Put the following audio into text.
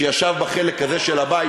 שישב בחלק הזה של הבית,